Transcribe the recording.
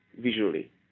visually